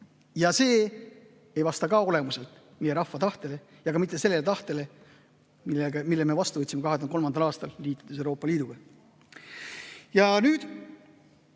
See ei vasta ka olemuselt meie rahva tahtele ja ka mitte sellele tahtele, [mida me väljendasime] 2003. aastal, liitudes Euroopa Liiduga. Nüüd